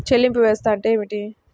చెల్లింపు వ్యవస్థ అంటే ఏమిటి?